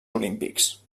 olímpics